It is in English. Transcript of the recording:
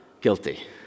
guilty